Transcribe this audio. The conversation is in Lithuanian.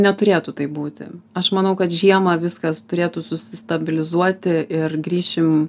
neturėtų taip būti aš manau kad žiemą viskas turėtų susistabilizuoti ir grįšim